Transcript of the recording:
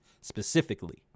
specifically